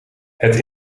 het